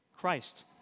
Christ